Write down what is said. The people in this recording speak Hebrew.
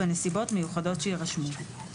בנסיבות מיוחדות שיירשמו.